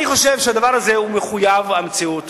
אני חושב שהדבר הזה הוא מחויב המציאות,